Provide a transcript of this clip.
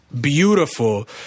beautiful